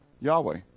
Yahweh